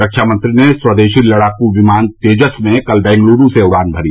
रक्षामंत्री ने स्वदेशी लड़ाकू विमान तेजस में कल बेंगलूरू से उड़ान भरी